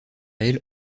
elle